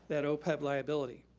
that opeb liability.